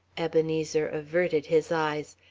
ebenezer averted his eyes,